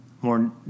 more